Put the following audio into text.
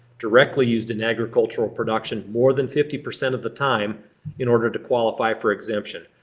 directly used in agricultural production more than fifty percent of the time in order to qualify for exemption.